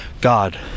God